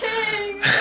king